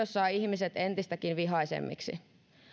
saa ihmiset entistäkin vihaisemmiksi